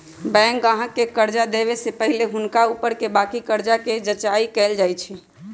bank गाहक के कर्जा देबऐ से पहिले हुनका ऊपरके बाकी कर्जा के जचाइं कएल जाइ छइ